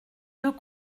deux